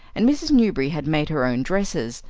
and mrs. newberry had made her own dresses,